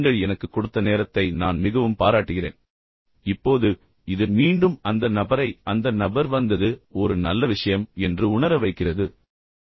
எனவே பேச்சாளர் வருத்த உணர்வுடன் செல்லக்கூடாது நான் ஏன் வந்து இந்த நபருடன் பேசினேன்